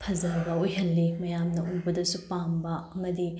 ꯐꯖꯕ ꯑꯣꯏꯍꯜꯂꯤ ꯃꯌꯥꯝꯅ ꯎꯕꯗꯁꯨ ꯄꯥꯝꯕ ꯑꯃꯗꯤ